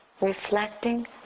Reflecting